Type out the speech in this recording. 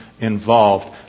involved